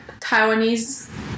Taiwanese